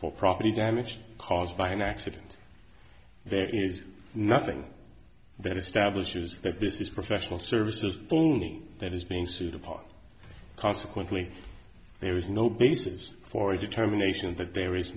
for property damage caused by an accident there is nothing that establishes that this is professional services phoning that is being sued apart consequently there is no basis for a determination that there is